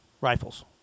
rifles